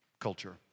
culture